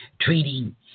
treating